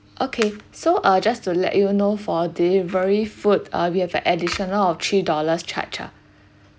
okay so uh just to let you know for delivery food uh we have an additional of three dollars charge ah